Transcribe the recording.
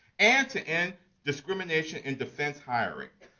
and to end discrimination in defense hiring.